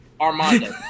Armando